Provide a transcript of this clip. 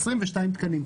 22 תקנים.